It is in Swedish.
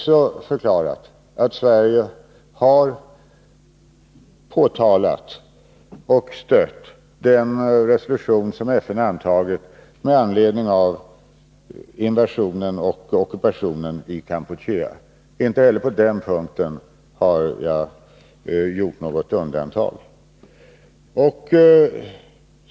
Sverige har stött FN:s resolution med anledning av invasionen i och ockupationen av Kampuchea. Inte heller på den punkten har jag uttryckt mig undvikande.